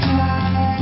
Fly